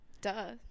Duh